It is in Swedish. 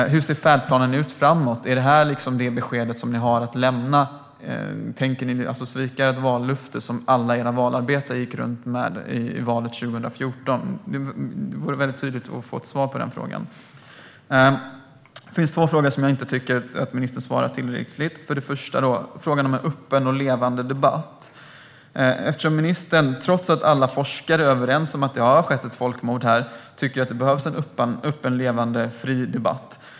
Hur ser färdplanen ut framöver? Är detta det besked ni har att lämna? Tänker ni svika det vallöfte som alla era valarbetare gick runt och gav inför valet 2014? Det vore bra med ett tydligt svar på detta. Det finns två frågor där jag inte tycker att ministern svarar tillräckligt. För det första har vi frågan om en öppen och levande debatt. Alla forskare är överens om att ett folkmord har skett, och ministern tycker att det behövs en öppen, levande och fri debatt.